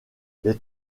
les